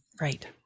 Right